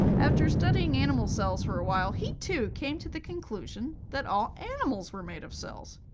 after studying animal cells for a while, he, too, came to the conclusion that all animals were made of cells.